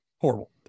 horrible